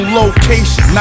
location